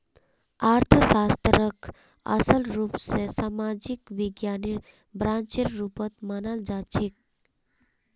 अर्थशास्त्रक असल रूप स सामाजिक विज्ञानेर ब्रांचेर रुपत मनाल जाछेक